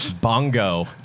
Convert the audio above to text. Bongo